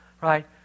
right